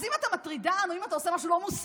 אז אם אתה מטרידן או אם אתה עושה משהו לא מוסרי,